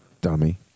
dummy